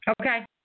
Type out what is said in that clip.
Okay